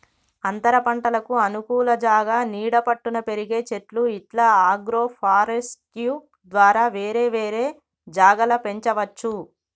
అంతరపంటలకు అనుకూల జాగా నీడ పట్టున పెరిగే చెట్లు ఇట్లా అగ్రోఫారెస్ట్య్ ద్వారా వేరే వేరే జాగల పెంచవచ్చు